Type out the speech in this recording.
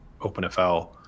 OpenFL